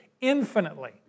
infinitely